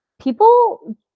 people